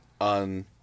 On